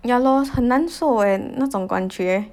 yeah lor 很难受 eh 那种感觉